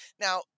Now